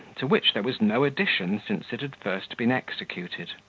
to which there was no addition since it had first been executed,